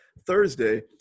Thursday